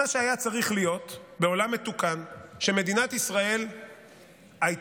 מה שהיה צריך להיות בעולם מתוקן הוא שמדינת ישראל הייתה